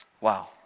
Wow